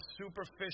superficial